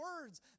words